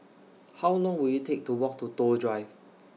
How Long Will IT Take to Walk to Toh Drive